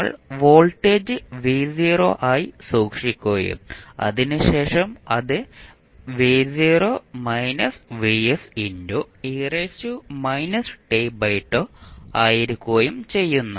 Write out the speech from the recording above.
ഞങ്ങൾ വോൾട്ടേജ് ആയി സൂക്ഷിക്കുകയും അതിനുശേഷം അത് ആയിരിക്കുകയും ചെയ്യുന്നു